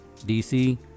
DC